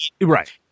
Right